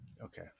Okay